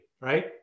right